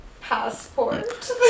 passport